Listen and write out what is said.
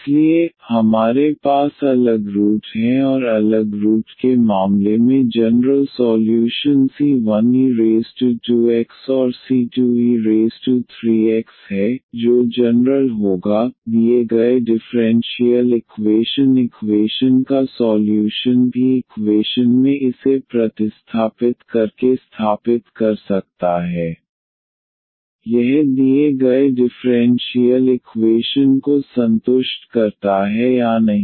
इसलिए हमारे पास अलग रूट हैं और अलग जड़ के मामले में जनरल सॉल्यूशन c1e2x और c2e3x है जो जनरल होगा दिए गए डिफरेंशियल इक्वेशन इक्वेशन का सॉल्यूशन भी इक्वेशन में इसे प्रतिस्थापित करके स्थापित कर सकता है यह दिए गए डिफरेंशियल इक्वेशन को संतुष्ट करता है या नहीं